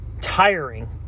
tiring